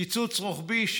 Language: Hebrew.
קיצוץ רוחבי,